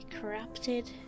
corrupted